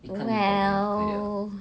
well